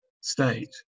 state